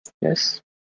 Yes